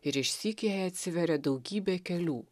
ir išsyk jai atsiveria daugybė kelių